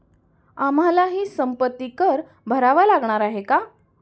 आम्हालाही संपत्ती कर भरावा लागणार आहे का?